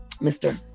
Mister